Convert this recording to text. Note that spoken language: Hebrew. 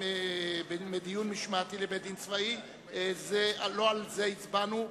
מדיון משמעתי לבית-דין צבאי ולא על זה הצבענו.